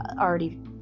already